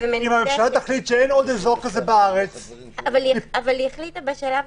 אם הממשלה תחליט שאין אזור כזה בארץ- - אבל היא החליטה בשלב